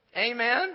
Amen